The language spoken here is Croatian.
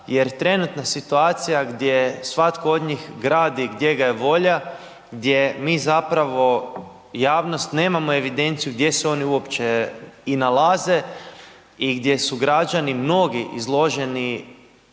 jer trenutna situacija, gdje svatko od njih gradi, gdje ga je volja, gdje mi zapravo, javnost nemamo evidenciju, gdje se oni uopće nalaze i gdje su građani mnogi, izloženi